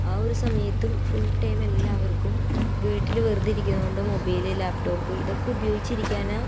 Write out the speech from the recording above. ആ ഒരു സമയത്തും ഫുൾ ടൈം എല്ലാവർക്കും വീട്ടിൽ വെറുതെ ഇരിയ്ക്കുന്നത് കൊണ്ട് മൊബൈല് ലാപ്ടോപ്പ് ഇതക്കെ ഉപയോഗിച്ചിരിക്കാനാണ്